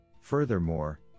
Furthermore